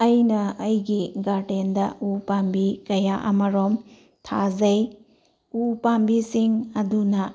ꯑꯩꯅ ꯑꯩꯒꯤ ꯒꯥꯔꯗꯦꯟꯗ ꯎ ꯄꯥꯝꯕꯤ ꯀꯌꯥ ꯑꯃꯔꯣꯝ ꯊꯥꯖꯩ ꯎ ꯄꯥꯝꯕꯤꯁꯤꯡ ꯑꯗꯨꯅ